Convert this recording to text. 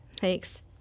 Thanks